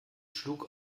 schlug